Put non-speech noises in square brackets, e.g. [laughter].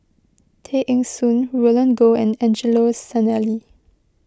[noise] Tay Eng Soon Roland Goh and Angelo Sanelli